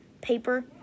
paper